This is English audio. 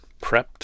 prepped